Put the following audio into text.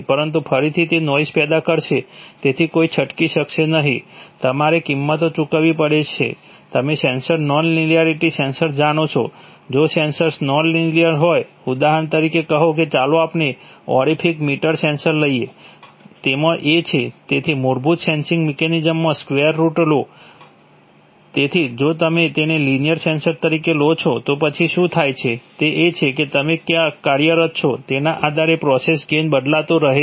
પરંતુ ફરીથી તે નોઇઝ પેદા કરશે તેથી કોઈ છટકી શકશે નહીં તમારે કિંમતો ચૂકવવી પડશે તમે સેન્સર નોન લિનિયારિટી સેન્સર્સ જાણો છો જો સેન્સર્સ નોન લિનિયર હોય ઉદાહરણ તરીકે કહો કે ચાલો આપણે ઓરિફિસ મીટર સેન્સર લઈએ તેમાં એ છે તેની મૂળભૂત સેન્સિંગ મિકેનિઝમમાં સ્ક્વેર રૂટ લો છે તેથી જો તમે તેને લિનિયર સેન્સર તરીકે લો છો તો પછી શું થાય છે તે એ છે કે તમે ક્યાં કાર્યરત છો તેના આધારે પ્રોસેસ ગેઇન બદલાતો રહે છે